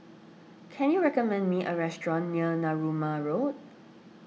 can you recommend me a restaurant near Narooma Road